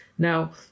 Now